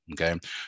Okay